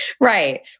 right